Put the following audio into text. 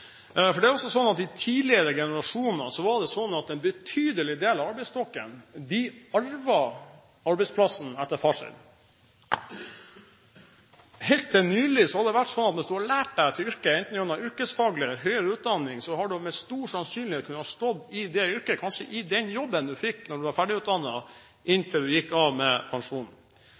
I tidligere generasjoner var det altså sånn at en betydelig del av arbeidsstokken arvet arbeidsplassen etter faren sin. Helt til nylig har det vært sånn at hvis du har lært deg et yrke, enten gjennom yrkesfag eller høyere utdanning, har du med stor sannsynlighet kunnet stå i det yrket – og kanskje i den jobben du fikk da du var ferdig utdannet – inntil du gikk av med pensjon.